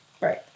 Right